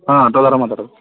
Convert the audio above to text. ಹಾಂ ಆಟೋದವ್ರಾ ಮಾತಡುದು